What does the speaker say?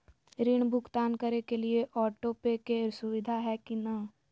ऋण भुगतान करे के लिए ऑटोपे के सुविधा है की न?